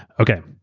okay,